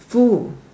full